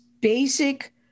basic